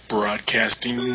Broadcasting